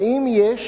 האם יש